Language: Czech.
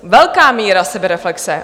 Velká míra sebereflexe!